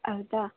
ಹೌದಾ